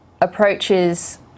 approaches